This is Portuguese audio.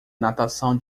natação